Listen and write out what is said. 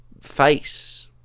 face